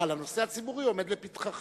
אבל הנושא הציבורי עומד לפתחך.